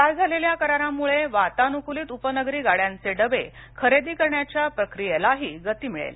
काल झालेल्या करारामुळे वातानुकूलित उपनगरी गाड्यांचे डबे खरेदी करण्याच्या प्रक्रीयेलाही गती मिळेल